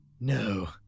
No